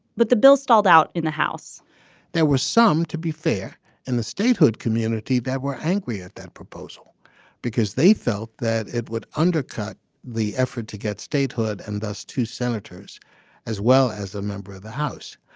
but the bill stalled out in the house there were some. to be fair in the statehood community there were angry at that proposal because they felt that it would undercut the effort to get statehood and thus to senators as well as a member of the house.